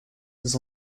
des